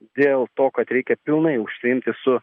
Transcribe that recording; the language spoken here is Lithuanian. dėl to kad reikia pilnai užsiimti su